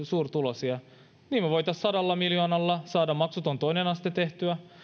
suurituloisia me voisimme sadalla miljoonalla saada maksuttoman toisen asteen tehtyä